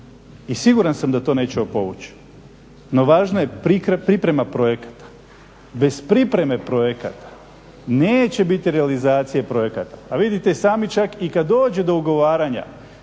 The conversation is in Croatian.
i siguran sam da to nećemo pomoći. No važna je priprema projekata. Bez pripreme projekata neće biti realizacije projekata. A vidite sami čak i kada dođe do ugovaranja